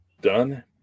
done